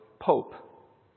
Pope